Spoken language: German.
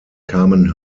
kamen